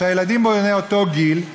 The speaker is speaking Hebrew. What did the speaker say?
שהילדים בני אותו גיל,